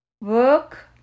work